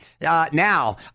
now